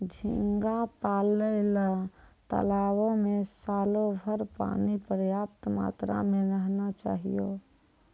झींगा पालय ल तालाबो में सालोभर पानी पर्याप्त मात्रा में रहना चाहियो